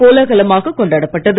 கோலகலமாக கொண்டாடப்பட்டது